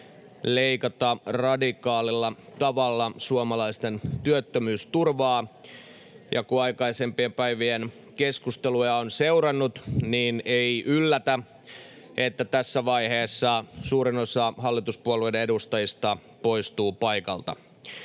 leikata radikaalilla tavalla suomalaisten työttömyysturvaa. Kun aikaisempien päivien keskusteluja on seurannut, ei yllätä, että tässä vaiheessa suurin osa hallituspuolueiden edustajista poistuu paikalta.